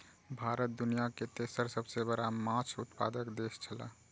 भारत दुनिया के तेसर सबसे बड़ा माछ उत्पादक देश छला